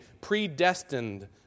predestined